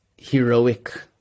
Heroic